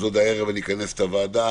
עוד הערב אני אכנס את הוועדה